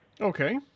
Okay